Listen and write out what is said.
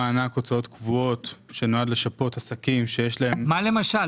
מענק הוצאות קבועות שנועד לשפות עסקים שיש להם --- מה למשל?